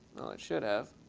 it should have.